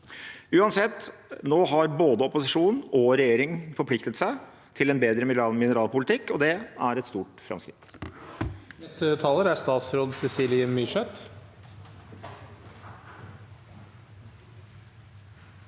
Uansett: Nå har både opposisjon og regjering forpliktet seg til en bedre mineralpolitikk, og det er et stort framskritt.